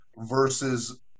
versus